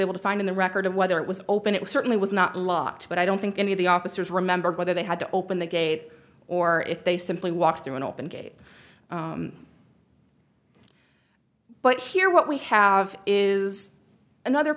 able to find in the record of whether it was open it certainly was not locked but i don't think any of the officers remembered whether they had to open the gate or if they simply walked through an open gate but here what we have is another